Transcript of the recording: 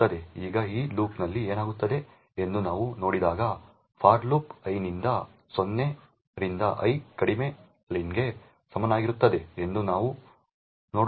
ಈಗ ಈ ಲೂಪ್ನಲ್ಲಿ ಏನಾಗುತ್ತದೆ ಎಂದು ನಾವು ನೋಡಿದಾಗ ಫಾರ್ ಲೂಪ್ ಐನಿಂದ 0 ರಿಂದ ಐ ಕಡಿಮೆ ಲೆನ್ಗೆ ಸಮನಾಗಿರುತ್ತದೆ ಎಂದು ನಾವು ನೋಡುತ್ತೇವೆ